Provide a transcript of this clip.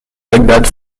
bagdad